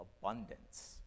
Abundance